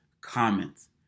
comments